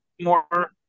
more